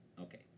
Okay